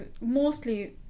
mostly